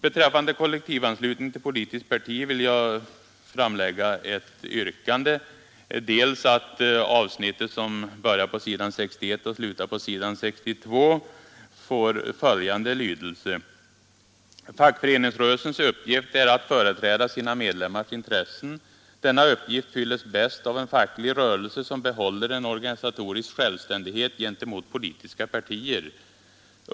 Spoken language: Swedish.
Beträffande kollektivanslutning till politiskt parti vill jag framlägga följande yrkande: Fackföreningsrörelsens uppgift är att företräda sina medlemmars intressen. Denna uppgift fylles bäst av en facklig rörelse som behåller en organisatorisk självständighet gentemot politiska partier.